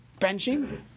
Benching